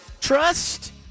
Trust